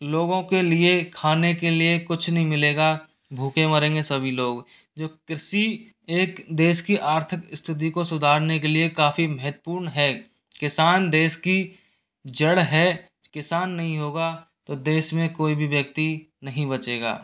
लोगों के लिए खाने के लिए कुछ नहीं मिलेगा भूखे मरेंगे सभी लोग जो कृषि एक देश की आर्थिक स्थिति को सुधारने के लिए काफ़ी महत्वपूर्ण है किसान देश की जड़ है किसान नहीं होगा तो देश में कोई भी व्यक्ति नहीं बचेगा